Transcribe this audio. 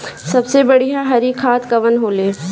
सबसे बढ़िया हरी खाद कवन होले?